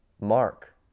Mark